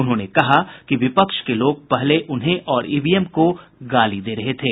उन्होंने कहा कि विपक्ष के लोग पहले उन्हें और ईवीएम को गाली दे रहे थे